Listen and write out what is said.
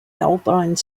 alpine